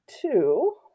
two